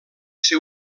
ser